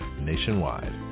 nationwide